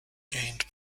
gained